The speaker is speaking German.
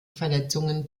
verletzungen